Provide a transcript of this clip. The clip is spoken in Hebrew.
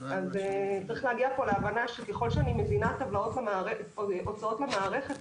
אז צריך להגיע פה להבנה שככול שאני מזינה הוצאות במערכת,